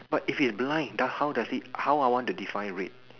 but if he's blind then how does it how I want to define red